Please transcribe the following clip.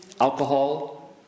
Alcohol